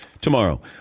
tomorrow